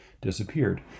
disappeared